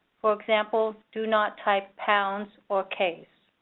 for example, do not type pounds or case.